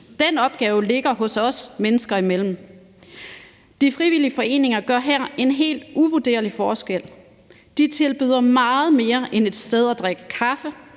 Den opgave ligger hos os mennesker imellem. De frivillige foreninger gør her en helt uvurderlig forskel. De tilbyder meget mere end et sted at drikke kaffe.